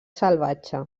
salvatge